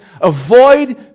avoid